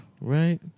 right